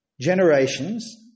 generations